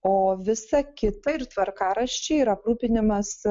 o visa kita ir tvarkaraščiai ir aprūpinimas